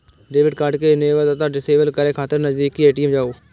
debit card कें enable अथवा disable करै खातिर नजदीकी ए.टी.एम जाउ